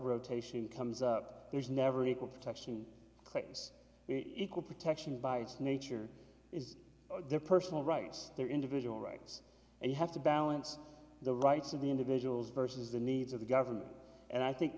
rotation comes up there's never equal protection klicks equal protection by its nature is their personal rights their individual rights and you have to balance the rights of the individuals versus the needs of the government and i think